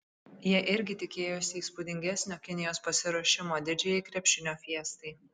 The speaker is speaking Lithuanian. jie irgi tikėjosi įspūdingesnio kinijos pasiruošimo didžiajai krepšinio fiestai